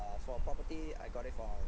for property I got it for